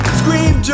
scream